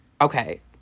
okay